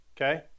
Okay